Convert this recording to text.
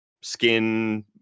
skin